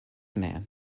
man